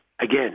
again